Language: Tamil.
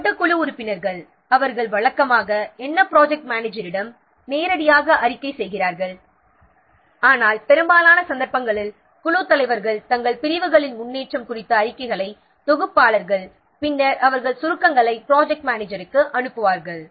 தனிப்பட்ட குழு உறுப்பினர்கள் வழக்கமாக ப்ராஜெக்ட் மேனேஜரிடம் நேரடியாக அறிக்கை செய்கிறார்கள் ஆனால் பெரும்பாலான சந்தர்ப்பங்களில் குழுத் தலைவர்கள் தங்கள் பிரிவுகளின் முன்னேற்றம் குறித்த அறிக்கைகளைத் தொகுப்பார்கள் பின்னர் அவர்கள் சுருக்கங்களை ப்ராஜெக்ட் மேனேஜருக்கு அனுப்புவார்கள்